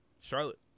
Charlotte